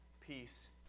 peace